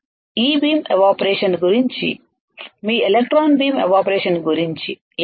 e-beam evaporation గురించి మీ electron beam evaporation గురించి ఏమిటి